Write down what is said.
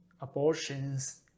abortions